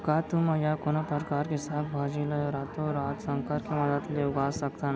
का तुमा या कोनो परकार के साग भाजी ला रातोरात संकर के मदद ले उगा सकथन?